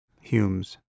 Hume's